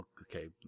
okay